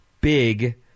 big